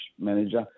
manager